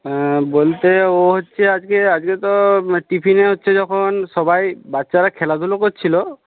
বলতে ও হচ্ছে আজকে আজকে তো টিফিনে হচ্ছে যখন সবাই বাচ্চারা খেলাধুলো করছিল